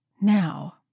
Now